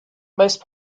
most